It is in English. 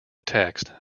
text